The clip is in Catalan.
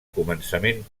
començament